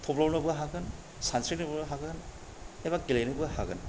थब्ल'नोबो हागोन सानस्रिनोबो हागोन एबा गेलेनोबो हागोन